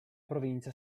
provincia